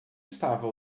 estava